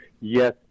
yes